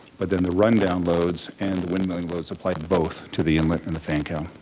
but then the rundown loads and the windmilling loads apply both to the inlet and the fan cowl.